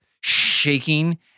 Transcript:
shaking